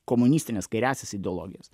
komunistines kairiąsias ideologijas